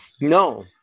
No